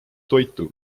toitu